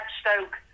Stoke